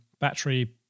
battery